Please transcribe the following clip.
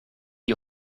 die